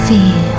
Feel